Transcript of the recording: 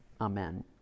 Amen